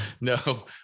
No